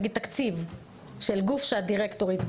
למשל תקציב של גוף בו את דירקטורית,